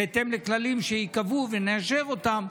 בהתאם לכללים שייקבעו וניישר אותם,